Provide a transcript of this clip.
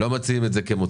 לא מציעים את זה כמוצר,